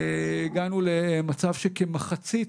הגענו למצב שכמחצית